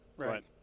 right